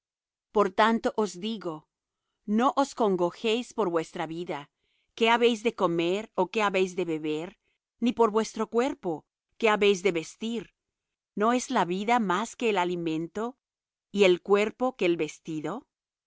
por tanto os digo no os congojéis por vuestra vida qué habéis de comer ó que habéis de beber ni por vuestro cuerpo qué habéis de vestir no es la vida más que el alimento y el cuerpo que el vestido